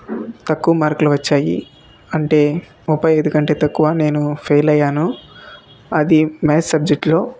తక్కువ మార్కులు వచ్చాయి అంటే ముప్పై ఐదు కంటే తక్కువ నేను ఫేల్ అయ్యాను అది మ్యాథ్స్ సబ్జెక్టులో